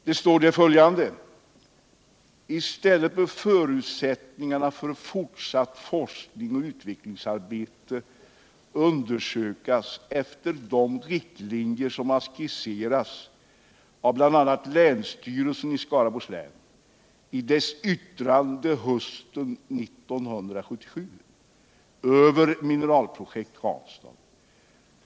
Där står: ”] stället bör förutsättningarna för fortsatt forsknings och utvecklingsarbete undersökas efter de riktlinjer som har skisserats av bl.a. länsstyrelsen i Skaraborgs län i dess yttrande hösten 1977 över Mineralprojekt Ranstad.